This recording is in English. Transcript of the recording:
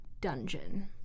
dungeon